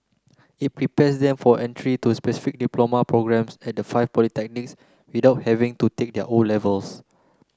it prepares them for entry to specific diploma programmes at the five polytechnics without having to take their O levels